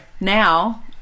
now